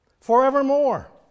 forevermore